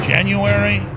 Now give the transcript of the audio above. January